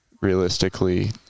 realistically